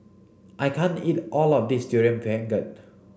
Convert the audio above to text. I can't eat all of this durian pengat